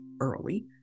early